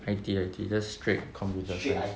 I_T I_T just straight computer science